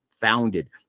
founded –